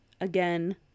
again